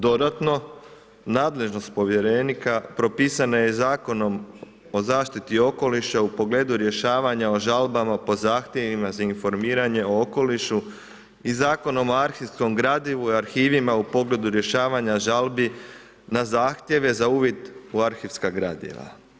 Dodatno nadlaženost povjerenika propisana je Zakonom o zaštiti okoliša u pogledu rješavanja o žalbama po zahtjevima za informiranje o okolišu i Zakonom o arhivskom gradivu i arhivima u pogledu rješavanja žalbi na zahtjeve za uvid u arhivska gradiva.